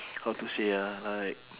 how to say ah like